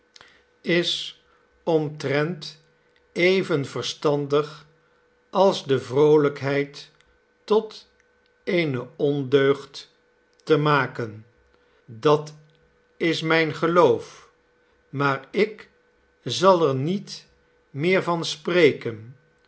is omtrent even verstandig als de vroolijkheid tot eene ondeugd te maken dat is mijn geloof maar ik zal er niet meer van spreken